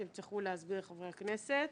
אתם תצטרכו להסביר לחברי הכנסת.